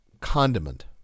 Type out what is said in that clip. condiment